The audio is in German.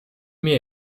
mir